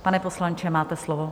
Pane poslanče, máte slovo.